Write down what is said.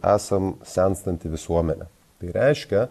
esam senstanti visuomenė tai reiškia